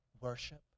worship